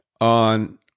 on